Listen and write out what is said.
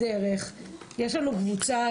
יש לנו קבוצה.